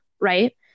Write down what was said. right